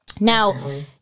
Now